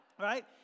right